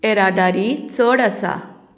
येरादारी चड आसा